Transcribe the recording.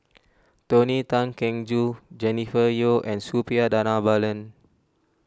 Tony Tan Keng Joo Jennifer Yeo and Suppiah Dhanabalan